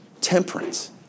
temperance